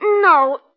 No